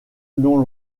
non